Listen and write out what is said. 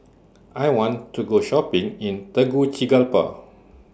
I want to Go Shopping in Tegucigalpa